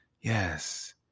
Yes